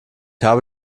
habe